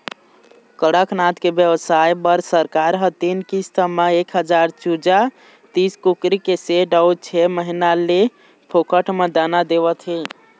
कड़कनाथ के बेवसाय बर सरकार ह तीन किस्त म एक हजार चूजा, तीस कुकरी के सेड अउ छय महीना ले फोकट म दाना देवत हे